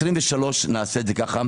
23' נעשה את זה כך.